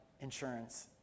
insurance